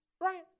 Right